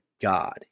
god